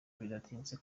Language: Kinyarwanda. bidateye